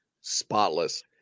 spotless